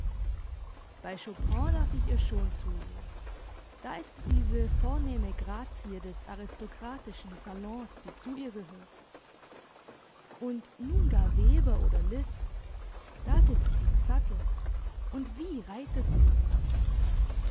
bei chopin darf ich ihr schon zusehen da ist diese vornehme grazie des aristokratischen salons die zu ihr gehört und nun gar weber oder liszt da sitzt sie im sattel und wie reitet sie